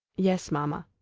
yes, mamma.